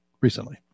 recently